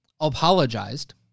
apologized